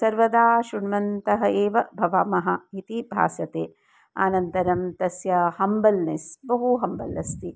सर्वदा श्रुण्वन्तः एव भवामः इति भासते अनन्तरं तस्य हम्बल्नेस् बहु हम्बल् अस्ति